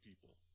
people